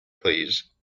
please